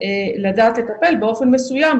לדעת לטפל באופן מסוים,